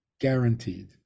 Guaranteed